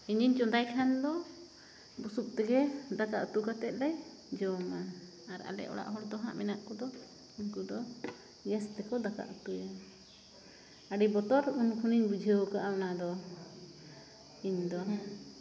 ᱤᱧᱤᱧ ᱪᱚᱸᱫᱟᱭ ᱠᱷᱟᱱᱫᱚ ᱵᱩᱥᱩᱵ ᱛᱮᱜᱮ ᱫᱟᱠᱟᱼᱩᱛᱩ ᱠᱟᱛᱮᱫᱞᱮ ᱡᱚᱢᱟ ᱟᱨ ᱟᱞᱮ ᱚᱲᱟᱜ ᱦᱚᱲᱫᱚ ᱦᱟᱸᱜ ᱢᱮᱱᱟᱜᱠᱚᱫᱚ ᱩᱱᱠᱚᱫᱚ ᱜᱮᱥ ᱛᱮᱠᱚ ᱫᱟᱠᱟᱼᱩᱛᱩᱭᱟ ᱟᱹᱰᱤ ᱵᱚᱛᱚᱨ ᱩᱱᱠᱷᱚᱱᱤᱧ ᱵᱩᱡᱷᱟᱹᱣᱠᱟᱜᱼᱟ ᱚᱱᱟᱫᱚ ᱤᱧᱫᱚ